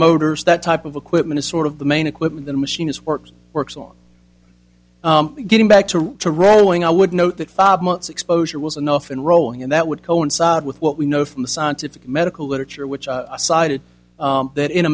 motors that type of equipment is sort of the main equipment the machine is works works on getting back to rowing i would note that five months exposure was enough and rolling and that would coincide with what we know from the scientific medical literature which i cited that in a